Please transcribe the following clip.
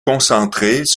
concentrées